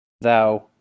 thou